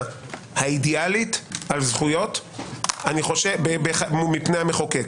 האידיאלית על זכויות מפני המחוקק.